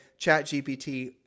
ChatGPT